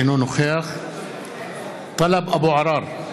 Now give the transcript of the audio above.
אינו נוכח טלב אבו עראר,